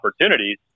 opportunities